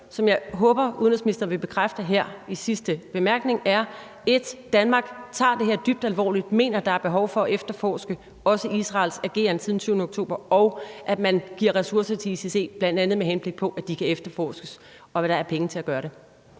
som jeg håber at udenrigsministeren vil bekræfte her i sit sidste svar, er, at man siger, at Danmark tager det her dybt alvorligt og mener, at der er behov for at efterforske også Israels ageren siden den 7. oktober, og at man giver ressourcer til ICC, bl.a. med henblik på at det kan efterforskes. Kl. 13:16 Formanden (Søren